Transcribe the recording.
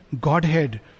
Godhead